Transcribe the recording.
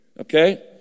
Okay